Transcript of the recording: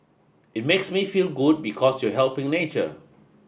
it makes you feel good because you're helping nature